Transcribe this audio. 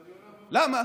למה?